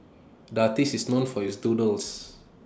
artist is known for his doodles